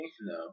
No